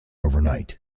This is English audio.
overnight